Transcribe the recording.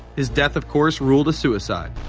his death, of course, ruled a suicide.